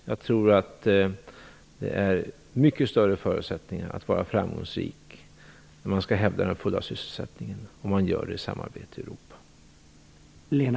Jag tror att det är mycket större förutsättningar att vara framgångsrik när det gäller att hävda den fulla sysselsättningen om man gör det i samarbete i Europa.